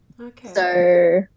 Okay